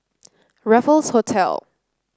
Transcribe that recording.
Raffles Hotel